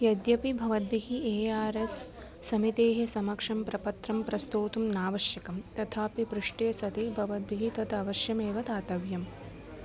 यद्यपि भवद्भिः A R S समितेः समक्षं प्रपत्रं प्रस्तोतुं नावश्यकं तथापि पृष्टे सति भवद्भिः तत् अवश्यमेव दातव्यम्